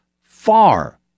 far